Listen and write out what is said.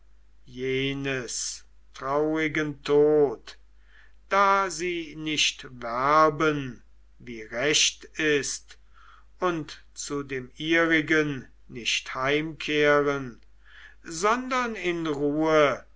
jenes traurigen tod da sie nicht werben wie recht ist und zu dem ihrigen nicht heimkehren sondern in ruhe